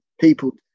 people